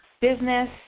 business